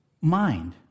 mind